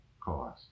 cause